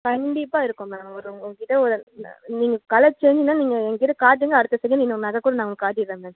கண்டிப்பாக இருக்கும் மேம் ஒரு உங்கள் கிட்ட ஒரு நீங்கள் கலர் சேஞ்சிங்னா நீங்கள் எங்கள்கிட்ட காட்டுங்க அடுத்த செகண்ட் இன்னொரு நகை கூட நாங்கள் காட்டிடறோம் மேம்